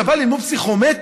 כשאתה בא ללמוד פסיכומטרי,